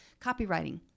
copywriting